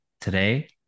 today